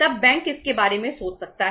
तब बैंक इसके बारे में सोच सकता है